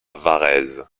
varèse